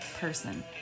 person